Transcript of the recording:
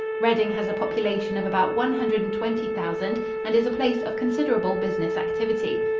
reading has a population of about one hundred and twenty thousand and is a place of considerable business activity.